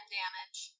damage